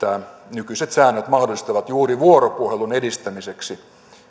nykyiset säännöt mahdollistavat juuri vuoropuhelun edistämiseksi